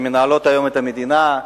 שמנהלות היום את המדינה.